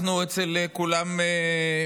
אנחנו מגלים אצל כולם שגיבורים